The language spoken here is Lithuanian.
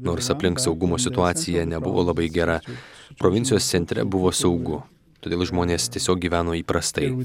nors aplink saugumo situacija nebuvo labai gera provincijos centre buvo saugu todėl žmonės tiesiog gyveno įprastai